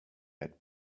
had